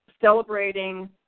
celebrating